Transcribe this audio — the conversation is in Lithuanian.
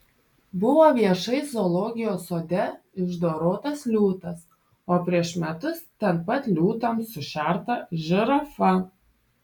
buvo viešai zoologijos sode išdorotas liūtas o prieš metus ten pat liūtams sušerta žirafa